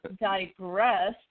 digress